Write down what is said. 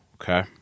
Okay